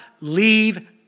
leave